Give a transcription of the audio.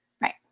Right